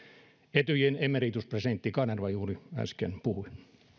etyjin emerituspresidentti edustaja kanerva juuri äsken puhui